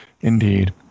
Indeed